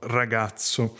ragazzo